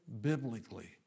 biblically